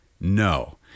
No